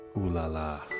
ooh-la-la